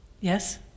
Yes